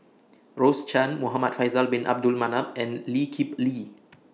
Rose Chan Muhamad Faisal Bin Abdul Manap and Lee Kip Lee